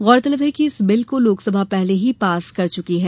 गौरतलब है कि इस बिल को लोकसभा पहले ही पास कर चुकी है